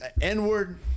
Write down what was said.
N-word